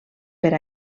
per